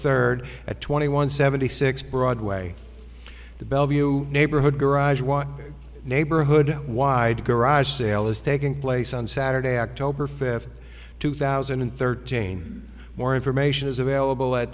third at twenty one seventy six broadway the bellevue neighborhood garage neighborhood wide garage sale is taking place on saturday october fifth two thousand and thirteen more information is available at